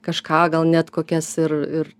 kažką gal net kokias ir ir